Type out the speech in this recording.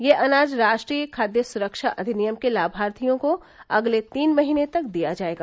यह अनाज राष्ट्रीय खाद्य सुरक्षा अधिनियम के लाभार्थियों को अगले तीन महीने तक दिया जाएगा